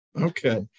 Okay